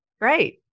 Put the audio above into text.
Great